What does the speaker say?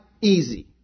easy